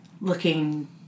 looking